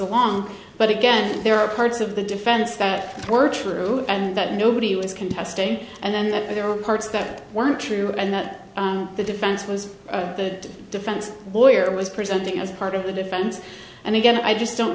along but again there are parts of the defense that were true and that nobody was contesting and that there were parts that were untrue and that the defense was the defense lawyer was presenting as part of the defense and again i just don't